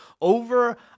over